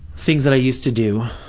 things that i used to do,